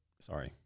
Sorry